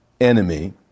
enemy